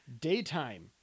daytime